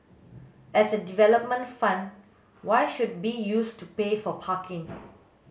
as a development fund why should be used to pay for parking